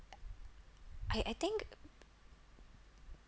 I I think